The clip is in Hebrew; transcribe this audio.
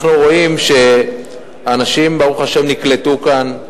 אנחנו רואים שהאנשים, ברוך השם, נקלטו כאן,